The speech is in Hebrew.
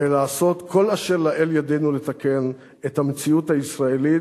ולעשות כל אשר לאל ידנו לתקן את המציאות הישראלית,